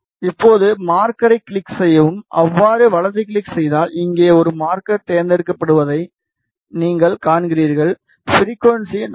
இப்போது மார்க்கரை கிளிக் செய்யவும் அவ்வாறு வலது கிளிக் செய்தால் இங்கே ஒரு மார்க்கர் சேர்க்கப்படுவதை நீங்கள் காண்கிறீர்கள் ஃபிரிகுவன்ஸி 4